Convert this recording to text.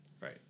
right